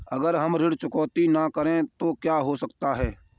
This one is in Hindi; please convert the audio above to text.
अगर हम ऋण चुकता न करें तो क्या हो सकता है?